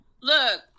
Look